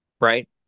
right